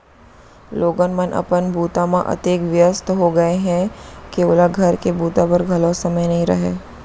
लोगन मन अपन बूता म अतेक बियस्त हो गय हें के ओला घर के बूता बर घलौ समे नइ रहय